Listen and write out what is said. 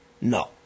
No